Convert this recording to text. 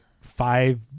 Five